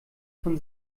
von